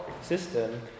system